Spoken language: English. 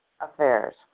affairs